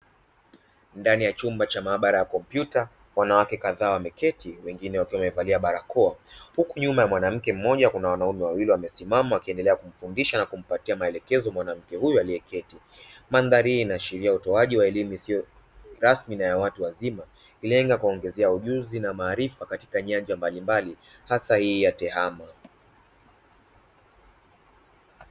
Ndani ya chumba cha maabara ya kompyuta wanawake kadhaa wameketi wengine wakiwa wamevalia barakoa huku nyuma ya mwanamke mmoja kuna wanaume wawili wamesimama wakiendelea kumfundisha na kumpatia maelekezo mwanamke huyo aliyeketi. Mandhari hii inaashiria utoaji wa elimu isiyo rasmi na ya watu wazima ikilenga kuwaongezea ujuzi na maarifa katika nyanja mbalimbali hasa hii ya tehama.